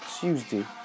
Tuesday